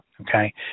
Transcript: okay